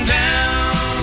down